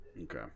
Okay